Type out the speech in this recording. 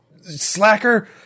slacker